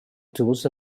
tools